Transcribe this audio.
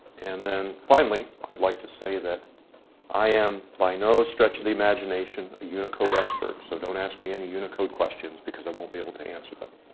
and then finally i'd like to say that i am by no stretch of the imagination a unicode expert. so don't ask me any unicode questions cause i won't be able to answer them.